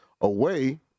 away